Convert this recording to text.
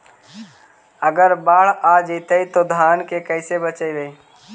अगर बाढ़ आ जितै तो धान के कैसे बचइबै?